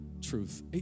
truth